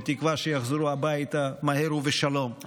בתקווה שיחזרו הביתה מהר ובשלום,